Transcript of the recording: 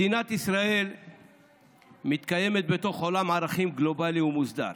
מדינת ישראל מתקיימת בתוך עולם ערכים גלובלי ומוסדר,